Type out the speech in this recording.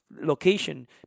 location